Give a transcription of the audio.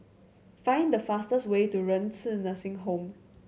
find the fastest way to Renci Nursing Home